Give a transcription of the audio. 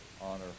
honor